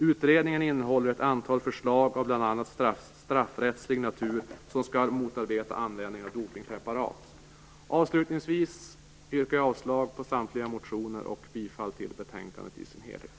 Utredningen innehåller ett antal förslag av bl.a. straffrättslig natur som skall motarbeta användningen av dopningspreparat. Avslutningsvis yrkar jag avslag på samtliga motioner och bifall till utskottets hemställan i betänkandet.